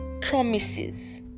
promises